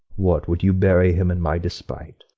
what, would you bury him in my despite?